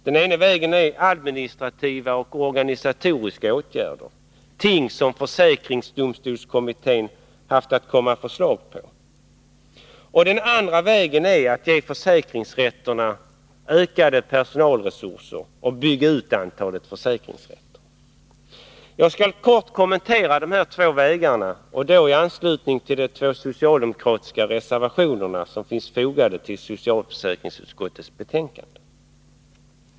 Den ena vägen är att vidta administrativa och organisatoriska åtgärder — något som försäkringsdomstolskommittén har haft att komma med förslag om — och den andra är att ge försäkringsrätterna större personalresurser och öka antalet försäkringsrätter. Jag skall kort kommentera de här två vägarna i anslutning till de två socialdemokratiska reservationer som finns fogade vid socialförsäkringsutskottets betänkande.